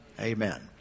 Amen